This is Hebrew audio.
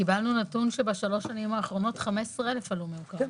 קיבלו נתון שבשלוש שנים האחרונות 15,000 עלו מאוקראינה.